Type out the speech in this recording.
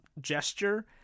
gesture